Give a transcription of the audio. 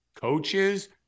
coaches